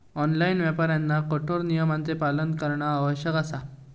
online व्यापाऱ्यांना कठोर नियमांचो पालन करणा आवश्यक असा